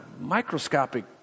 microscopic